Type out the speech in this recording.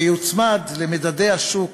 ויוצמד למדדי השוק,